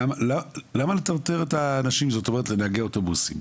למה לטרטר את האנשים, נהגי האוטובוסים?